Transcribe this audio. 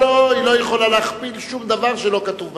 היא לא יכולה להכפיל שום דבר שלא כתוב בתקנון.